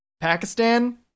pakistan